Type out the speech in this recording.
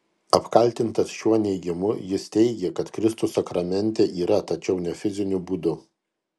apkaltintas šiuo neigimu jis teigė kad kristus sakramente yra tačiau ne fiziniu būdu